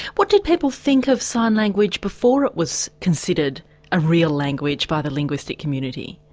what did people think of sign language before it was considered a real language by the linguistic community?